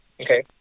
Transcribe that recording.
Okay